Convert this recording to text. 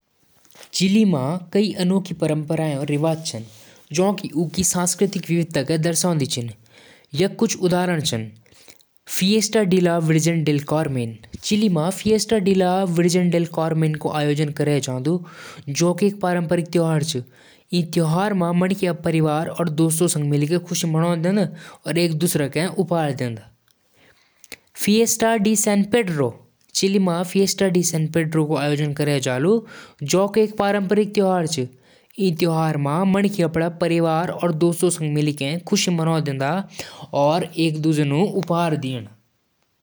रूस क संस्कृति साहित्य, संगीत और नृत्य म अद्वितीय होलु। यहां क बैले दुनियाभर म प्रसिद्ध छ। रूसी खानपान म बोर्श और ब्लिनी प्रमुख छन। रूसी भाषा और साहित्य म तोलस्टॉय और दोस्तोयेवस्की क रचनाएं खास छन। यहां क चर्च और वास्तुकला अद्भुत होलु।